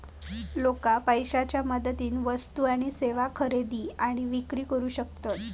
लोका पैशाच्या मदतीन वस्तू आणि सेवा खरेदी आणि विक्री करू शकतत